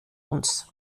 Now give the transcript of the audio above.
uns